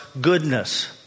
goodness